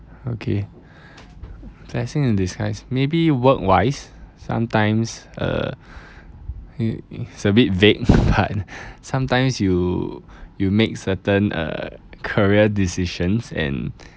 okay blessing in disguise maybe work wise sometimes uh y~ it's a bit vague but sometimes you you make certain uh career decisions and